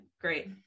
Great